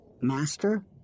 master